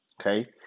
Okay